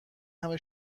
همه